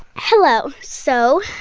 hello. so,